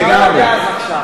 זה לא על הגז עכשיו.